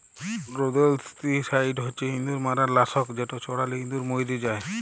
rodenticide হছে ইঁদুর মারার লাসক যেট ছড়ালে ইঁদুর মইরে যায়